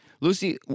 Lucy